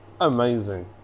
amazing